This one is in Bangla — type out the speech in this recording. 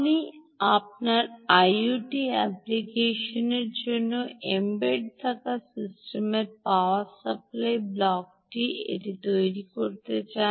আপনি আপনার আইওটি অ্যাপ্লিকেশনটির জন্য এম্বেড থাকা সিস্টেমের পাওয়ার সাপ্লাই ব্লকটিSystem's Power Supply Block তৈরি করতে চান